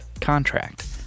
contract